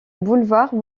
boulevard